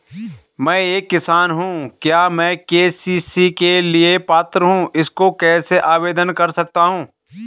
मैं एक किसान हूँ क्या मैं के.सी.सी के लिए पात्र हूँ इसको कैसे आवेदन कर सकता हूँ?